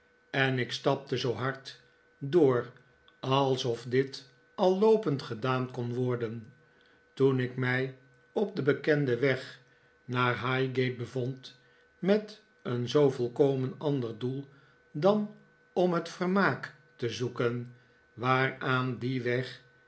en ik stapte zoo hard door alsof dit al loopend gedaan kon worden toen ik mij op den bekenden weg naar highgate bevond met een zoo yolkomen ander doel dan om het vermaak te zoeken waaraan die weg